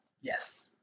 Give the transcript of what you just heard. Yes